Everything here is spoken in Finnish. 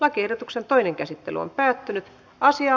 lakiehdotuksen toinen käsittely päättyi